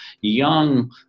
young